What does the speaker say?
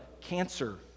cancer